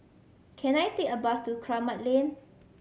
can I take a bus to Kramat Lane